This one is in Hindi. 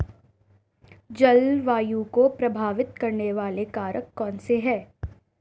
जलवायु को प्रभावित करने वाले कारक कौनसे हैं?